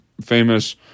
famous